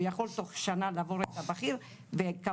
הוא יכול תוך שנה לעבור את הבכיר וכעבור